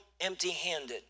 empty-handed